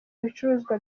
ibicuruzwa